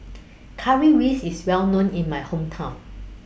Currywurst IS Well known in My Hometown